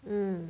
mm